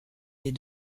des